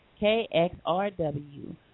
KXRW